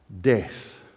death